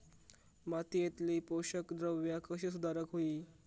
मातीयेतली पोषकद्रव्या कशी सुधारुक होई?